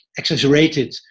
exaggerated